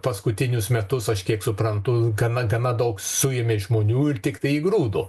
paskutinius metus aš kiek suprantu gana gana daug suėmė žmonių ir tiktai įgrūdo